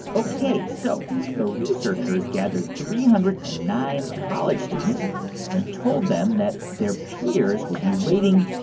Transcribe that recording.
ok. so the researchers gathered three hundred and nine college students and told them that their peers would be rating